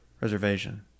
reservation